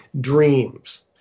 dreams